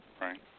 Right